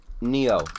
NEO